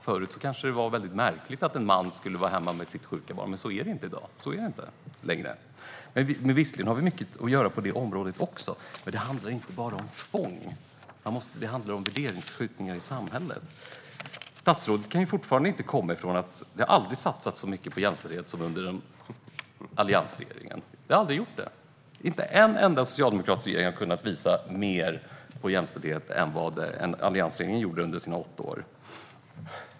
Förut var det kanske märkligt att en man skulle vara hemma med sitt sjuka barn, men det är det inte längre. Vi har visserligen mycket att göra på området. Men det handlar inte bara om tvång. Det handlar om värderingsförskjutningar i samhället. Statsrådet kan fortfarande inte komma ifrån att det aldrig har satsats så mycket på jämställdhet som under alliansregeringen. Inte en enda socialdemokratisk regering har kunnat visa på mer satsningar på jämställdhet än vad alliansregeringen satsade under sina åtta år.